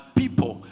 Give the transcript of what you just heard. people